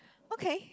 okay